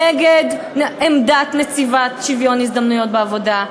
נגד עמדת נציבת שוויון ההזדמנויות בעבודה,